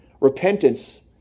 Repentance